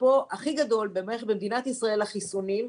השאפו הכי גדול במדינת ישראל לחיסונים,